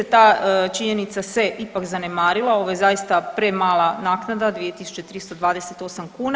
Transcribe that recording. Ta činjenica se ipak zanemarila, ovo je zaista premala naknada 2.328 kuna.